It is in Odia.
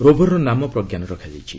ରୋଭରର ନାମ ପ୍ରଜ୍ଞାନ ରଖାଯାଇଛି